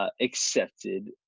Accepted